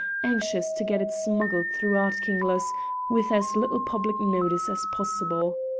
anxious to get it smuggled through ard-kinglas with as little public notice as possible.